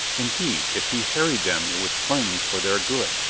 indeed, if he harried them it was plainly for their good,